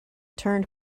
turned